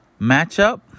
matchup